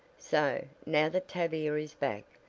so, now that tavia is back,